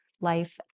life